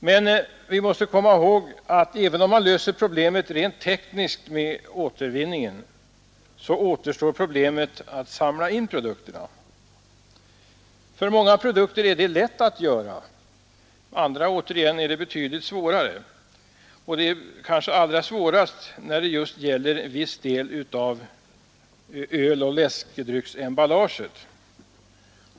Men vi måste komma ihåg att, om man löser problemet rent tekniskt beträffande återvinningen, återstår problemet att samla in produkterna. För många produkter är det lätt att göra det. Andra produkter är betydligt svårare att samla in, kanske allra svårast när det gäller viss del av öloch läskedrycksemballaget.